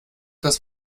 das